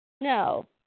No